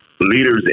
leaders